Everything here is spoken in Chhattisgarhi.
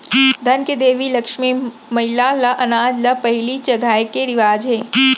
धन के देवी लक्छमी मईला ल अनाज ल पहिली चघाए के रिवाज हे